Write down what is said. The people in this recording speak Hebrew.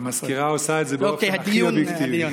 המזכירה עושה את זה באופן הכי אובייקטיבי.